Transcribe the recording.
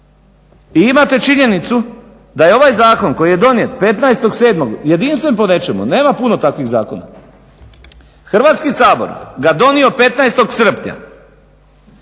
I imate činjenicu da je ovaj zakon koji je donijet 15.07. jedinstven po nečemu, nema puno takvih zakona, Hrvatski sabor ga donio 15. srpnja,